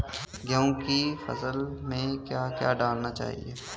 गेहूँ की फसल में क्या क्या डालना चाहिए?